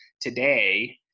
today